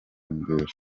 imbere